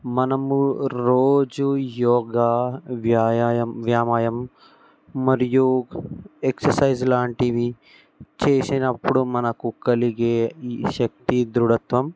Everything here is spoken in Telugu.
మనము రోజు యోగా వ్యాయామం వ్యామాయం మరియు ఎక్సర్సైజ్ లాంటివి చేసినప్పుడు మనకు కలిగే ఈ శక్తి దృఢత్వం